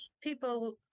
people